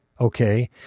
okay